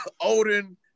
Odin